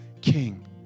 king